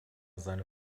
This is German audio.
seine